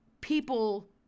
people